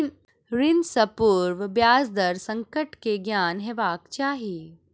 ऋण सॅ पूर्व ब्याज दर संकट के ज्ञान हेबाक चाही